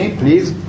please